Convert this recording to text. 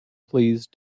please